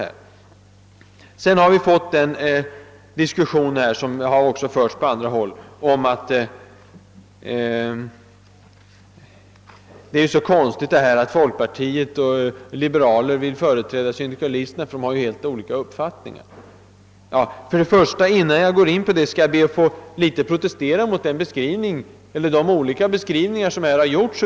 I den diskussion som förts här och som även förekommit på annat håll har det sagts att det är underligt att folkpartister och liberaler vill företräda syndikalisterna trots att man har olika uppfattningar. Innan jag går in på detta vill jag protestera mot de olika beskrivningar av syndikalisterna som här gjorts.